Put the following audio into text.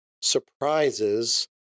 surprises